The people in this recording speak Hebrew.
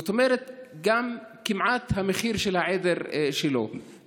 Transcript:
זאת אומרת זה כמעט המחיר של העדר שלו,